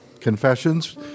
confessions